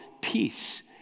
peace